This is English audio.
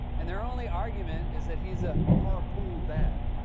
and their only argument is that he's a. carpool dad.